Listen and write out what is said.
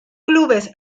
clubes